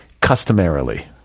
customarily